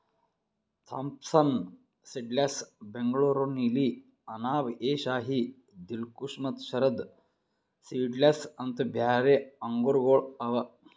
Thompson seedless, Bengaluru ನೀಲಿ, ಅನಾಬ್ ಎ ಶಾಹಿ, ದಿಲ್ಖುಷ ಮತ್ತ Sharad seedless ಅಂತ್ ಬ್ಯಾರೆ ಆಂಗೂರಗೊಳ್ ಅವಾ